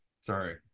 sorry